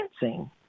dancing